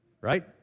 Right